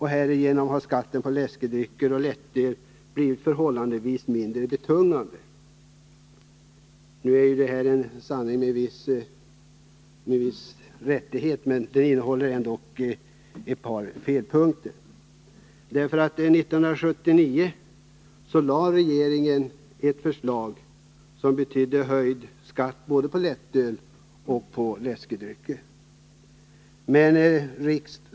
Härigenom har skatten på läskedrycker och lättöl blivit förhållandevis mindre betungande.” Det ligger ju en viss sanning i detta, men på några punkter är det fel, för 1979 lade regeringen fram ett förslag som betydde höjd skatt både på lättöl och på läskedrycker.